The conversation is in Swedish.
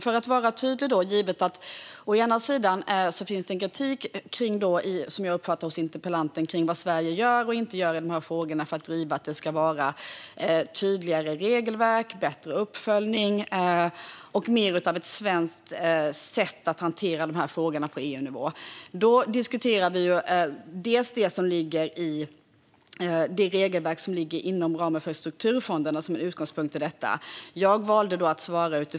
För att vara tydlig: Som jag uppfattar det finns det hos interpellanten en kritik kring vad Sverige i de här frågorna gör och inte gör för att driva att det på EU-nivå ska vara tydligare regelverk, bättre uppföljning och mer av ett svenskt sätt att hantera dessa frågor. Då diskuterar vi bland annat det regelverk som ligger inom ramen för strukturfonderna som en utgångspunkt i detta.